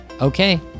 Okay